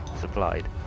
supplied